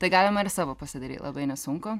tai galima ir savo pasidaryt labai nesunku